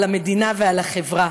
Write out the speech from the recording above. על המדינה ועל החברה.